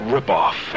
Ripoff